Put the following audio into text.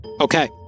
Okay